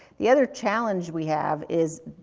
the other challenge we have is,